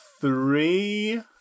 three